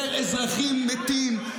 יותר אזרחים מתים.